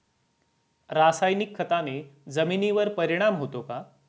रासायनिक खताने जमिनीवर परिणाम होतो का?